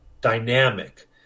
dynamic